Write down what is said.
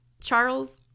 Charles